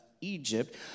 Egypt